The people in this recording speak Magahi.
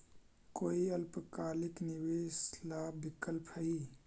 कोई अल्पकालिक निवेश ला विकल्प हई?